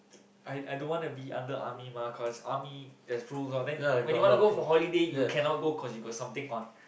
I I don't wanna be under army mah cause army there's rules loh then when you wanna go on holiday you cannot go cause there's something on